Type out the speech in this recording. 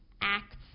acts